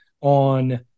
on –